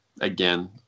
again